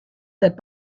that